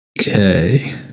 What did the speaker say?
Okay